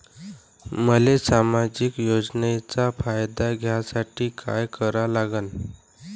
मले सामाजिक योजनेचा फायदा घ्यासाठी काय करा लागन?